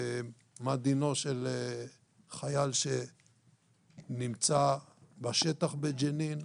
מה דינו של חייל שנמצא בשטח בג'נין,